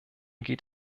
geht